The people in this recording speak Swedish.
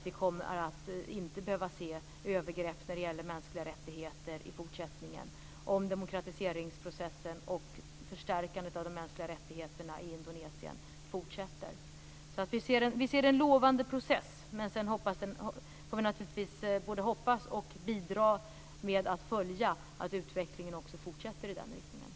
Vi kommer inte att behöva se övergrepp när det gäller mänskliga rättigheter i fortsättningen om demokratiseringsprocessen och förstärkandet av de mänskliga rättigheterna i Vi ser en lovande process, men sedan får vi naturligtvis både hoppas på att utvecklingen fortsätter i den riktningen och bidra med att följa den.